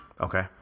Okay